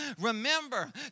Remember